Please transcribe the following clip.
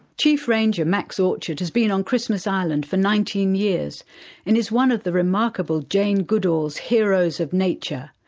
chief ranger max orchard has been on christmas island for nineteen years and is one of the remarkable jane goodall's heroes of nature,